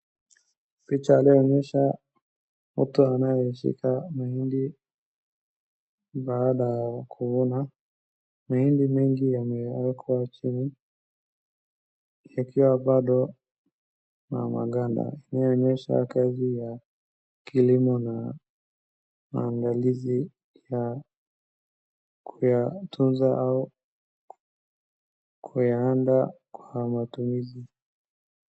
Picha iliyoonyesha mtu anayeshika mahindi baada ya kuvuna. Mahindi mingi yamewekwa chini, yakiwa bado na maganda inayoonyesha kazi ya kilimo na maandalizi ya kuyatunza au ku, kuyaanda kwa matumizi.